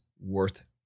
worth